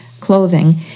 clothing